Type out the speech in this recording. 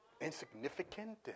insignificant